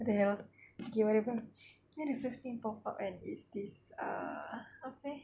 what the hell okay whatever then the first thing pop up kan is this ah apa eh